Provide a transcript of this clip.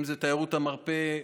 אם זה תיירות המרפא,